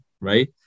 right